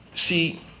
See